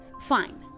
Fine